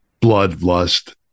bloodlust